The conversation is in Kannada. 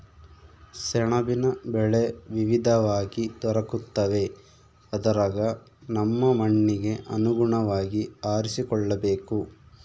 ಸೆಣಬಿನ ಬೆಳೆ ವಿವಿಧವಾಗಿ ದೊರಕುತ್ತವೆ ಅದರಗ ನಮ್ಮ ಮಣ್ಣಿಗೆ ಅನುಗುಣವಾಗಿ ಆರಿಸಿಕೊಳ್ಳಬೇಕು